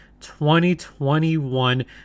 2021